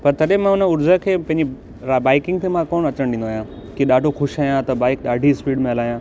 पर तॾहिं मां उन ऊर्जा खे पंहिंजी रा बाइकिंग ते मां कोन्ह अचण ॾींदो आहियां की ॾाढो ख़ुशि आहियां त बाइक ॾाढी स्पीड में हलायां